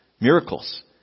miracles